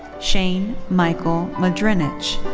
shane michael mudrinich.